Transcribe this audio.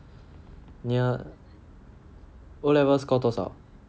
what O level score 多少